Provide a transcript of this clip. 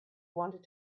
wanted